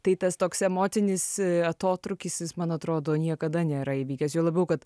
tai tas toks emocinis atotrūkis jis man atrodo niekada nėra įvykęs juo labiau kad